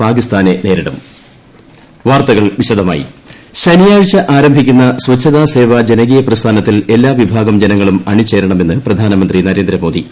പ്രധാനമന്ത്രി സ്വച്ഛതാ ശനിയാഴ്ച ആരംഭിക്കുന്ന സ്ച്ഛതാ സേവാ ജനകീയ പ്രസ്ഥാനത്തിൽ എല്ലാ വിഭാഗം ജനങ്ങളും അണിചേരണമെന്ന് പ്രധാനമന്ത്രി നരേന്ദ്രമോദി